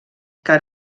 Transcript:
car